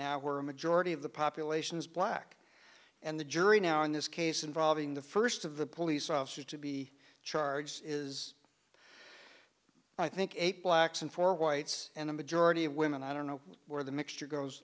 now were a majority of the population is black and the jury now in this case involving the first of the police officers to be charged is i think eight blacks and four whites and a majority of women i don't know where the mixture goes